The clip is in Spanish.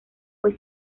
fue